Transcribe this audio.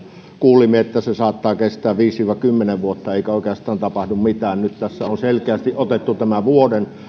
kuulimme että se saattaa kestää viisi viiva kymmenen vuotta eikä oikeastaan tapahdu mitään nyt tässä on selkeästi otettu tämä vuoden